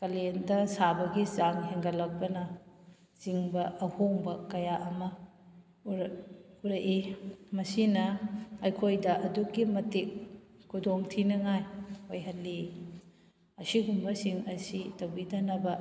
ꯀꯥꯂꯦꯟꯗ ꯁꯥꯕꯒꯤ ꯆꯥꯡ ꯍꯦꯟꯒꯠꯂꯛꯄꯅꯆꯤꯡꯕ ꯑꯍꯣꯡꯕ ꯀꯌꯥ ꯑꯃ ꯎꯔꯛꯏ ꯃꯁꯤꯅ ꯑꯩꯈꯣꯏꯗ ꯑꯗꯨꯛꯀꯤ ꯃꯇꯤꯛ ꯈꯨꯗꯣꯡꯊꯤꯅꯤꯡꯉꯥꯏ ꯑꯣꯏꯍꯜꯂꯤ ꯑꯁꯤꯒꯨꯝꯕꯁꯤꯡ ꯑꯁꯤ ꯇꯧꯕꯤꯗꯅꯕ